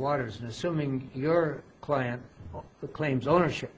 waters assuming your client or the claims ownership